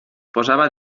posava